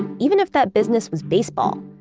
and even if that business was baseball.